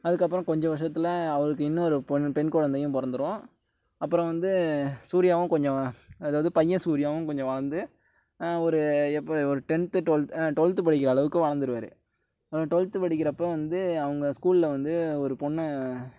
அதுக்கப்புறம் கொஞ்சம் வருஷத்தில் அவருக்கு இன்னொரு பெண் குழந்தையும் பிறந்துடும் அப்புறம் வந்து சூர்யாவும் கொஞ்சம் அதாவது பையன் சூர்யாவும் கொஞ்சம் வளர்ந்து ஒரு எப்போ ஒரு டென்த் டுவெல்த் டுவெல்த் படிக்கிற அளவுக்கு வளர்ந்துடுவாரு டுவெல்த் படிக்கிறப்ப வந்து அவங்க ஸ்கூலில் வந்து ஒரு பொண்ணை